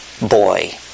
boy